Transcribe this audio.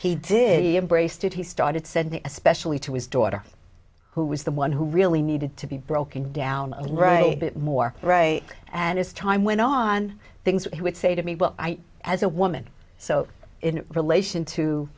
he did he embraced it he started sending especially to his daughter who was the one who really needed to be broken down a bit more and as time went on things he would say to me well as a woman so in relation to